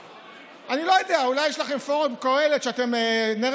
אני לא יודע, אולי יש לכם פורום קהלת, שהוא נר